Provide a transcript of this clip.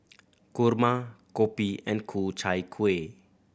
kurma kopi and Ku Chai Kueh